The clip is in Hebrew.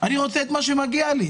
אני רוצה את מה שמגיע לי.